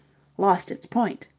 lost its point.